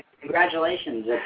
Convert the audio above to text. Congratulations